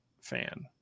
fan